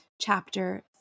chapter